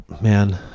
man